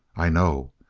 i know.